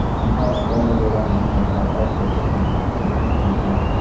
and how vulnerable that makes our entire health care system when we're faced with a pandemic.